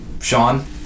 Sean